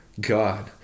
God